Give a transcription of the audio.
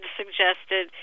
suggested